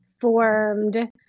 formed